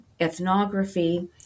ethnography